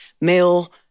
male